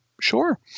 sure